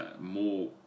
more